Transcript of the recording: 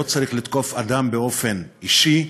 לא צריך לתקוף אדם באופן אישי.